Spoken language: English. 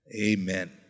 Amen